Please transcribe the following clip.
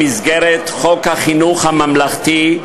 במסגרת חוק חינוך ממלכתי,